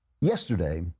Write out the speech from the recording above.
Yesterday